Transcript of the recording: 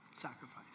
Sacrifice